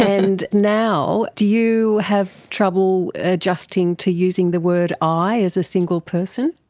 and now do you have trouble adjusting to using the word i as a single person?